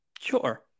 Sure